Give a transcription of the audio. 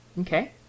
Okay